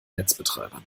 netzbetreibern